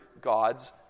God's